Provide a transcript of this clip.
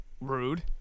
rude